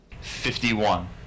Fifty-one